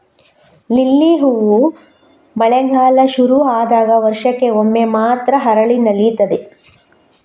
lily ಹೂ ಮಳೆಗಾಲ ಶುರು ಆದಾಗ ವರ್ಷಕ್ಕೆ ಒಮ್ಮೆ ಮಾತ್ರ ಅರಳಿ ನಲೀತದೆ